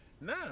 Nah